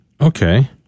Okay